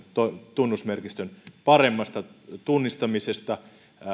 tunnusmerkistön paremmasta tunnistamisesta